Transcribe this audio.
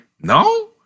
No